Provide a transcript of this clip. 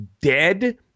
dead